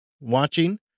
watching